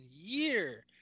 year